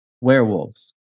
werewolves